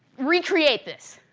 recreate this.